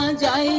um da